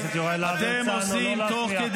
חבר הכנסת כהן, עמדתי על זכותך לדבר.